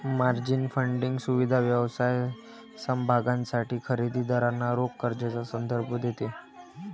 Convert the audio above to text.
margin funding सुविधा व्यवसाय समभागांसाठी खरेदी दारांना रोख कर्जाचा संदर्भ देते